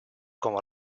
como